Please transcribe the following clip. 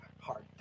hard